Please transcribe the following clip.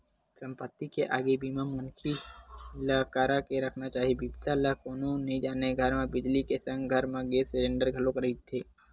संपत्ति के आगी बीमा मनखे ल करा के रखना चाही बिपदा ल कोनो नइ जानय घर म बिजली के संग घर म गेस सिलेंडर घलोक रेहे रहिथे